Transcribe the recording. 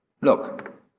Look